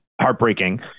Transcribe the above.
heartbreaking